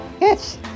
Yes